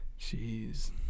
Jeez